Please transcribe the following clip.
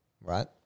right